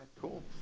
cool